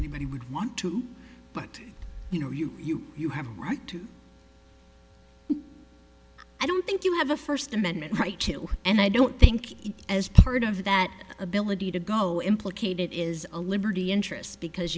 anybody would want to but you know you you you have a right to i don't think you have a first amendment right to and i don't think it's as part of that ability to go implicated is a liberty interest because